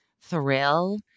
thrill